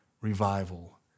revival